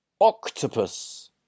Octopus